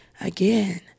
Again